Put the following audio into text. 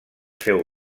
féu